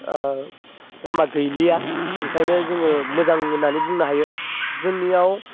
लामा गैलिया ओंखायनो जोङो मोजां होननानै बुंनो हायो जोंनियाव